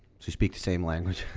so you speak the same language?